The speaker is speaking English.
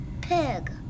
pig